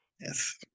Yes